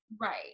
Right